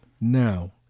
now